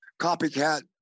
copycat